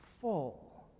full